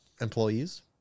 employees